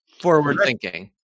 forward-thinking